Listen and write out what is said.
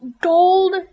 gold